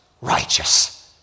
righteous